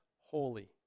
holy